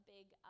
big